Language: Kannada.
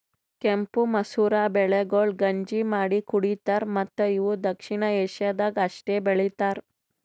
ಕೆಂಪು ಮಸೂರ ಬೆಳೆಗೊಳ್ ಗಂಜಿ ಮಾಡಿ ಕುಡಿತಾರ್ ಮತ್ತ ಇವು ದಕ್ಷಿಣ ಏಷ್ಯಾದಾಗ್ ಅಷ್ಟೆ ಬೆಳಿತಾರ್